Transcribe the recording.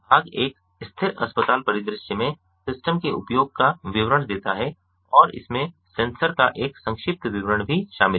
भाग एक स्थिर अस्पताल परिदृश्य में सिस्टम के उपयोग का विवरण देता है और इसमें सेंसर का एक संक्षिप्त विवरण भी शामिल है